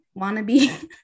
Wannabe